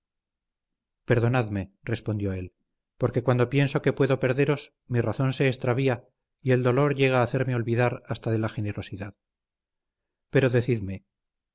flaqueza perdonadme respondió él porque cuando pienso que puedo perderos mi razón se extravía y el dolor llega a hacerme olvidar hasta de la generosidad pero